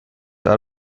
are